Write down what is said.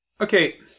Okay